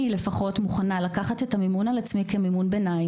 מוכנה לקחת את המימון על עצמי כמימון ביניים,